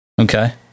Okay